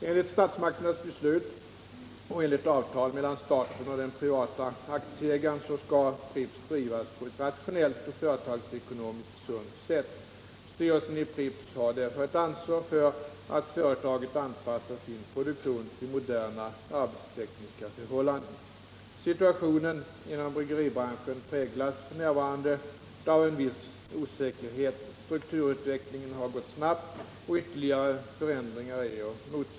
Enligt statsmakternas beslut och enligt avtal mellan staten och den privata aktieägaren skall Pripps drivas på ett rationellt och företags ekonomiskt sunt sätt. Styrelsen i Pripps har därför ett ansvar för att för Nr 29 retaget anpassar sin produktion till moderna arbetstekniska förhållanden. Situationen inom bryggeribranschen präglas f. n. av en viss osäkerhet. Strukturutvecklingen har gått snabbt, och ytterligare förändringar är att.